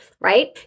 right